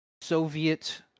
Soviet